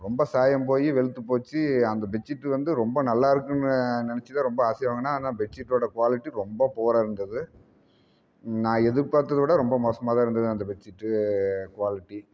ரொம்ப சாயம் போய் வெளுத்து போச்சு அந்த பெட்ஷீட்டு வந்து ரொம்ப நல்லா இருக்குன்னு நினச்சிதான் ரொம்ப ஆசையாக வாங்கினேன் ஆனால் பெட்ஷீட்டோடய குவாலிட்டி ரொம்ப புவராக இருந்தது நான் எதிர்பார்த்ததவிட ரொம்ப மோசமாக தான் இருந்தது அந்த பெட்ஷீட்டு குவாலிட்டி